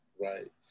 right